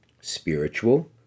spiritual